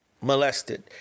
molested